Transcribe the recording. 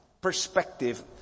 perspective